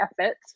effort